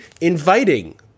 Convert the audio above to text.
inviting